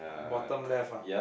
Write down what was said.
bottom left ah